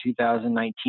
2019